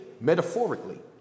metaphorically